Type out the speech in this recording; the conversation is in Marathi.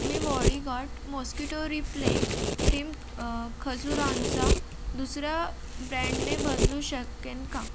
मी बॉडीगार्ड मॉस्किटो रिप्लेन्ट क्रीम खजुरांचा दुसर्या ब्रँडने बदलू शकेन का